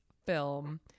film